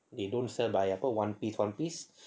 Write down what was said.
they don't sell by one piece one piece